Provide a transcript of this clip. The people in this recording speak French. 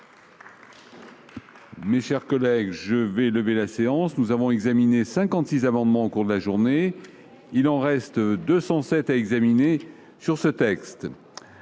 Mes chers collègues, nous avons examiné 56 amendements au cours de la journée ; il en reste 207 à examiner sur ce texte.